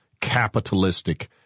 capitalistic